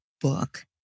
book